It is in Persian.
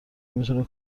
میتونه